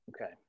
Okay